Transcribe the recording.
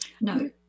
No